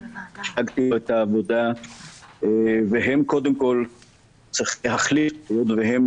הצגתי לו את העבודה והם קודם כל צריכים להחליט היות שהם